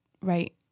right